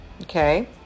okay